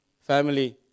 family